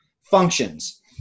functions